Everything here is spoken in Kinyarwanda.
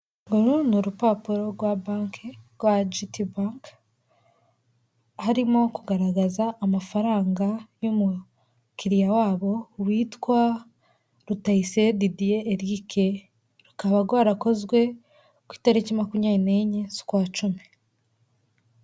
Uru ni urupapuro rwa banki rwa jiti banki harimo kugaragaza amafaranga y'umukiriya wabo witwa Rutayisire Didier Eric rukaba rwarakozwe ku itariki makumyabiri nenye z'ukwa cumi.